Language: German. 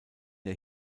der